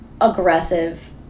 aggressive